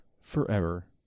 forever